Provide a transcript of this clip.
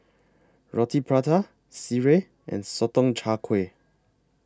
Roti Prata Sireh and Sotong Char Kway